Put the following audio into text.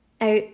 Now